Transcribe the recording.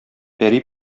пәри